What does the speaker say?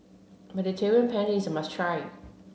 Mediterranean Penne is a must try